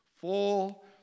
full